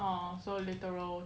!wah! so literal